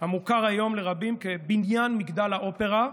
המוכר היום לרבים כבניין מגדל האופרה.